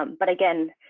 um but again,